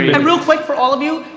and real quick for all of you.